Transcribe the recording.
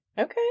Okay